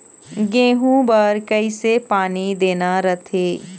गेहूं बर कइसे पानी देना रथे?